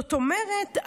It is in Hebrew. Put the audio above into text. זאת אומרת,